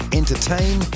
entertain